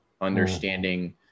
understanding